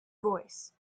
voice